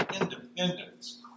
independence